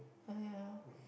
!aiya!